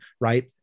right